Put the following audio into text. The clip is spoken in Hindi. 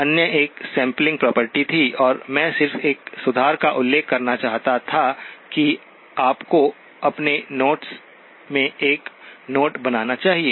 अन्य एक सैंपलिंग प्रॉपर्टी थी और मैं सिर्फ एक सुधार का उल्लेख करना चाहता था कि आपको अपने नोट्स में एक नोट बनाना चाहिए